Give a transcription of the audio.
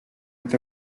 with